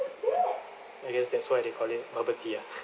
I guess that's why they call it bubble tea ah